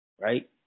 right